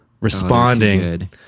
responding